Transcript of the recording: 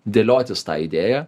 dėliotis tą idėją